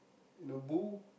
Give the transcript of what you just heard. you know bull